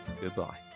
Goodbye